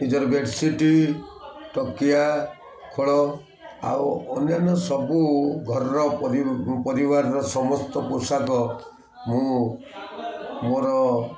ନିଜର ବେଡ଼ସିଟି ଟୋକିଆ ଖୋଳ ଆଉ ଅନ୍ୟାନ୍ୟ ସବୁ ଘରର ପରିବାରର ସମସ୍ତ ପୋଷାକ ମୁଁ ମୋର